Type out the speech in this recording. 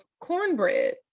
cornbread